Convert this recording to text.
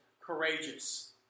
courageous